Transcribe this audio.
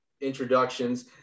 introductions